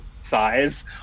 size